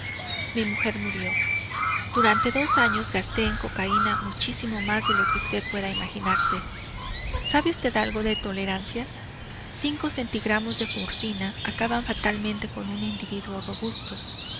mi mujer murió durante dos años gasté en cocaína muchísimo más de lo que usted puede imaginarse sabe usted algo de tolerancias cinco centigramos de morfina acaban fatalmente con un individuo robusto